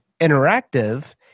interactive